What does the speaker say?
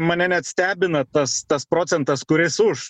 mane net stebina tas tas procentas kuris už